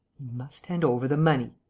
must hand over the money!